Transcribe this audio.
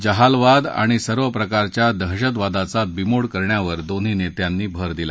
जहालवाद आणि सर्व प्रकारच्या दहशतवादाचा बीमोड करण्यावर दोन्ही नेत्यांनी भर दिला